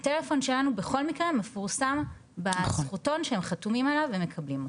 הטלפון שלנו בכל מקרה מפורסם ב'זכותון' שהם חתומים עליו ומקבלים אותו.